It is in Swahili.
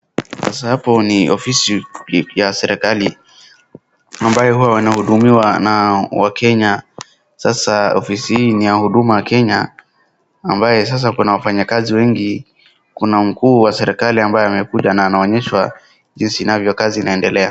Sasa hapo ni ofisi ya serikali ambayo huwa wanahudumiwa na wakenya. Sasa ofisi hii ni ya Huduma Kenya ambaye sasa kuna wafanyakazi wengi. Kuna mkuu wa serikali ambaye amekuja na aonanyeshwa jinsi inavyo kazi inaendelea.